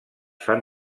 fan